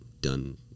done